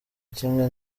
kimwe